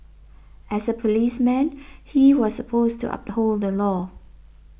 as a policeman he was supposed to uphold the law